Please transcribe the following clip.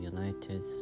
United